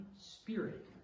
spirit